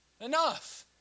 Enough